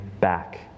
back